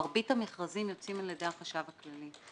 מרבית המכרזים יוצאים על-ידי החשב הכללי.